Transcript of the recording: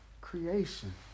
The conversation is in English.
Creation